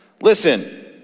Listen